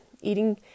eating